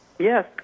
Yes